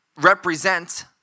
represent